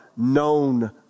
known